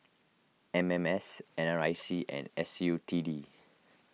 M M S N R I C and S U T D